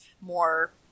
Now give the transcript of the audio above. more